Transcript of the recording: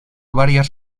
varias